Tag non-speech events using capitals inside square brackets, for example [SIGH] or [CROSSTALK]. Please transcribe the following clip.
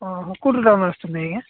ଅ ହଁ କୋଉ [UNINTELLIGIBLE] ଆସୁଛନ୍ତି ଆଜ୍ଞା